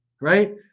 Right